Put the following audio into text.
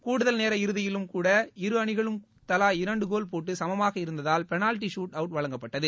கூடுதல் நேர இறுதியிலும் கூட இரு அணிகளும் தவா இரண்டு கோல் போட்டு சமமாக இருந்ததால் பெனவ்ட்டி சூட் அவுட் வழங்கப்பட்டது